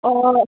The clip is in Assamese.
অ'